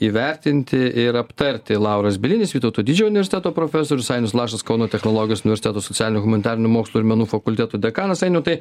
įvertinti ir aptarti lauras bielinis vytauto didžiojo universiteto profesorius ainius lašas kauno technologijos universiteto socialinių humanitarinių mokslų ir menų fakulteto dekanas ainiau tai